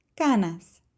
canas